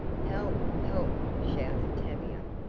help! help! shouted tavia,